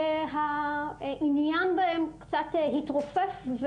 העניין בהם קצת התרופף,